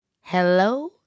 Hello